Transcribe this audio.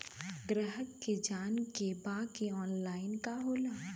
ग्राहक के जाने के बा की ऑनलाइन का होला?